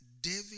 David